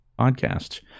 podcasts